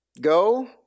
go